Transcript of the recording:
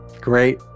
great